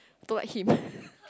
don't like him